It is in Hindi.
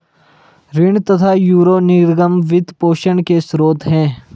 ऋण तथा यूरो निर्गम वित्त पोषण के स्रोत है